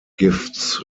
gifts